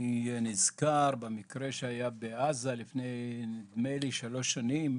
אני נזכר במקרה שהיה בעזה לפני נדמה לי שלוש שנים,